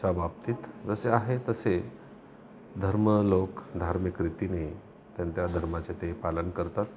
अशा बाबतीत जसे आहे तसे धर्म लोक धार्मिक रीतीने त्या त्या धर्माचे ते पालन करतात